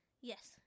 yes